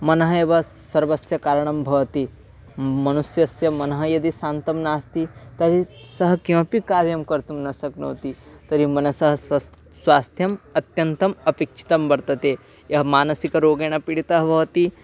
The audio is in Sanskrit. मनः एव सर्वस्य कारणं भवति मनुष्यस्य मनः यदि शान्तः नास्ति तर्हि सः किमपि कार्यं कर्तुं न शक्नोति तर्हि मनसः स्वस् स्वास्थ्यम् अत्यन्तम् अपेक्षितं वर्तते यः मानसिकरोगेण पीडितः भवति